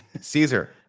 caesar